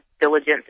diligence